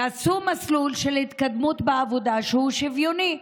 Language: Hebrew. יעשו מסלול של התקדמות בעבודה שהוא שוויוני,